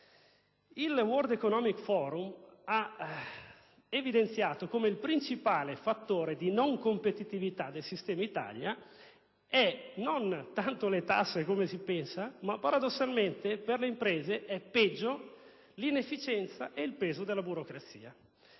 il *World economic forum* ha evidenziato come il principale fattore di non competitività del sistema Italia sia costituito non tanto dalle tasse, come si pensa; paradossalmente, per le imprese è peggiore l'inefficienza e il peso della burocrazia.